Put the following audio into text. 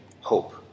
hope